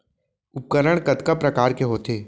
उपकरण कतका प्रकार के होथे?